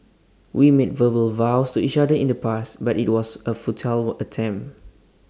we made verbal vows to each other in the past but IT was A futile attempt